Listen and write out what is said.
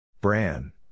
Bran